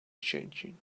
changing